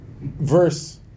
verse